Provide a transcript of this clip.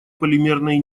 полимерной